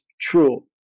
true